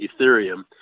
Ethereum